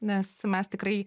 nes mes tikrai